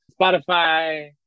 Spotify